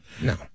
No